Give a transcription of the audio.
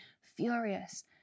furious